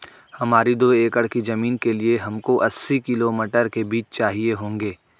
हमारी दो एकड़ की जमीन के लिए हमको अस्सी किलो मटर के बीज चाहिए होंगे